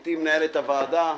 גברתי מנהלת הוועדה,